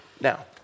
Now